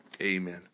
Amen